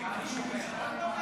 מאוד ממלכתי.